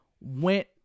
went